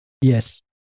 Yes